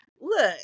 look